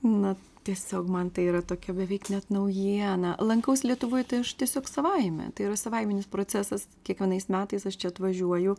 na tiesiog man tai yra tokia beveik net naujiena lankaus lietuvoj tai aš tiesiog savaime tai yra savaiminis procesas kiekvienais metais aš čia atvažiuoju